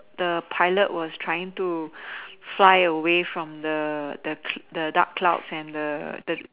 the pilot was trying to fly away from the the dark clouds and the the